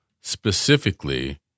specifically